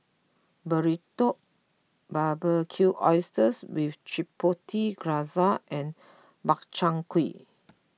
Burrito Barbecued Oysters with Chipotle Glaze and Makchang Gui